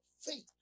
Faith